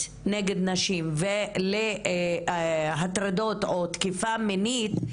נגד נשים ולהטרדות או תקיפה מינית,